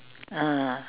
(uh huh)